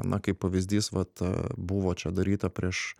na kaip pavyzdys vat buvo čia daryta prieš